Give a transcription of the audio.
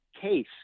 case